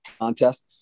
contest